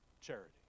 Charity